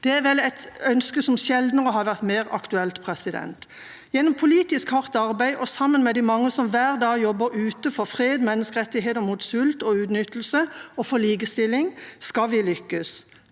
Det er vel et ønske som sjeldent har vært mer aktuelt. Gjennom politisk hardt arbeid og sammen med de mange som hver dag jobber ute for fred og menneskerettigheter, mot sult og utnyttelse og for likestilling, skal vi lykkes.